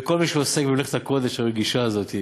ולכל מי שעוסק במלאכת הקודש הרגישה הזאת,